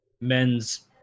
men's